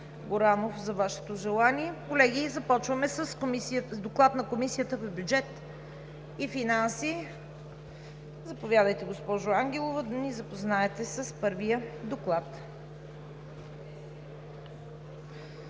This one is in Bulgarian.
Горанов за Вашето желание. Колеги, започваме с Доклад на Комисията по бюджет и финанси. Заповядайте, госпожо Ангелова, да ни запознаете с първия Доклад.